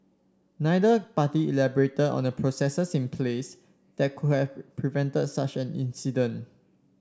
neither party elaborated on the processes in place that could have prevented such an incident